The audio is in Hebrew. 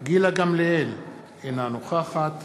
גילה גמליאל, אינה נוכחת